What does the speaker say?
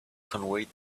conveyed